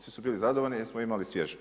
Svi su bili zadovoljni jer smo imali svježu.